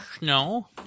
No